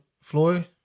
Floyd